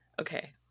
Okay